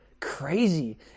crazy